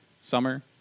summer